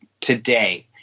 today